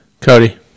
Cody